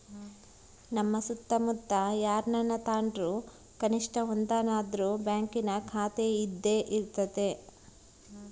ನಮ್ಮ ಸುತ್ತಮುತ್ತ ಯಾರನನ ತಾಂಡ್ರು ಕನಿಷ್ಟ ಒಂದನಾದ್ರು ಬ್ಯಾಂಕಿನ ಖಾತೆಯಿದ್ದೇ ಇರರ್ತತೆ